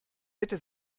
bitte